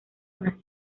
unas